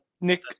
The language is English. Nick